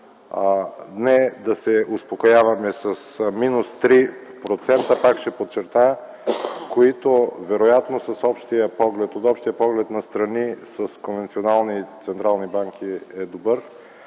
не да се успокояваме с минус 3%, пак ще подчертая, които вероятно от общия поглед на страни с конвенционални централни банки е добър,